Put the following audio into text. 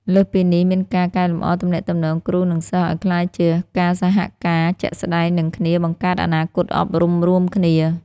លើសពីនេះមានការកែលម្អទំនាក់ទំនងគ្រូនិងសិស្សឲ្យក្លាយជាការសហការណ៍ជាក់ស្តែងនឹងគ្នាបង្កើតអនាគតអប់រំរួមគ្នា។